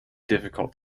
difficult